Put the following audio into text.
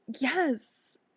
Yes